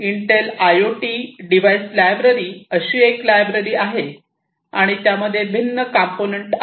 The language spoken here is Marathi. इंटेल आयओटी डिव्हाइस लायब्ररी अशी एक लायब्ररी आहे आणि त्यामध्ये भिन्न कंपोनेंट आहेत